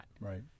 Right